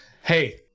Hey